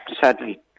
sadly